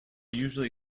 usually